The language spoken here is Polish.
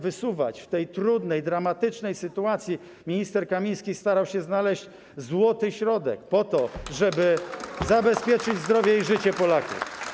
W tej trudnej, dramatycznej sytuacji minister Kamiński starał się znaleźć złoty środek, po to żeby zabezpieczyć zdrowie i życie Polaków.